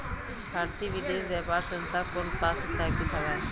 भारतीय विदेश व्यापार संस्था कोन पास स्थापित हवएं?